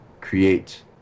create